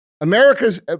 America's